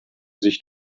sich